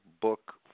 book